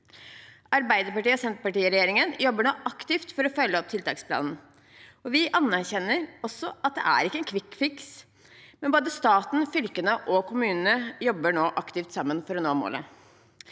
Arbeiderparti–Senterparti-regjeringen jobber nå aktivt for å følge opp tiltaksplanen. Vi anerkjenner at det ikke er en kvikkfiks, men både staten, fylkene og kommunene jobber nå aktivt sammen for å nå målet.